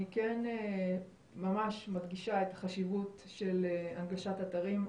כן ממש מדגישה את החשיבות של הנגשת אתרים.